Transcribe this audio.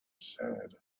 said